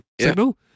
signal